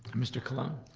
mr. colon?